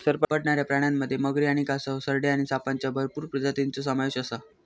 सरपटणाऱ्या प्राण्यांमध्ये मगरी आणि कासव, सरडे आणि सापांच्या भरपूर प्रजातींचो समावेश आसा